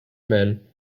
men